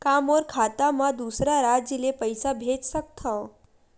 का मोर खाता म दूसरा राज्य ले पईसा भेज सकथव?